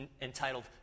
entitled